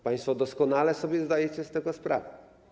Państwo doskonale sobie zdajecie z tego sprawę.